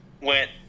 went